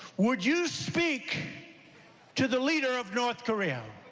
would you speak to the leader of north korea?